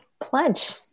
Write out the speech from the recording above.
Pledge